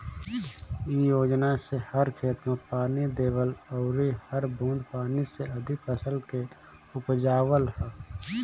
इ योजना से हर खेत में पानी देवल अउरी हर बूंद पानी से अधिका फसल के उपजावल ह